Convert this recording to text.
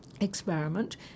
experiment